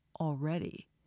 already